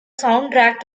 soundtrack